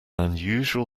unusual